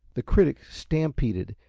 the critics stampeded,